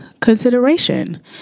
consideration